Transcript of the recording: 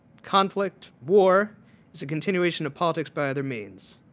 conflict, war is a continuation of politics by other means.